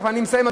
ואני מסיים,